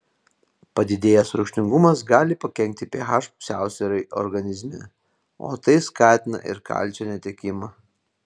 padidėjęs rūgštingumas gali pakenkti ph pusiausvyrai organizme o tai skatina ir kalcio netekimą